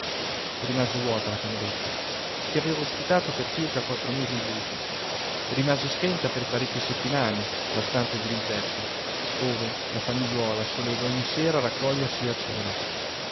rimase vuota la cameretta che aveva ospitato per circa quattro mesi il buti rimase spenta per parecchie settimane la stanza dirimpetto ove la famigliuola soleva ogni sera raccogliersi a cena